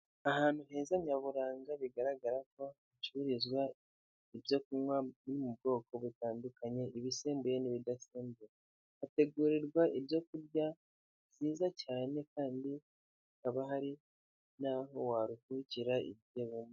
Ahantu heza nyaburanga bigaragara ko hacururizwa ibyo kunywa biri mu bwoko butandukanye ibisembuye n'ibi bidasembuye, hategurirwa ibyo kurya byiza cyane kandi bikaba hari naho warukurikira igihe wumva.